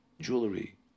Jewelry